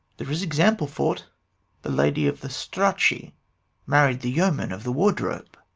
there is example for't the lady of the strachy married the yeoman of the wardrobe.